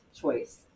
choice